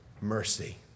mercy